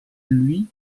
lui